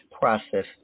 process